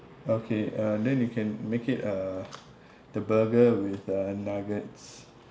okay uh then you can make it uh the burger with uh nuggets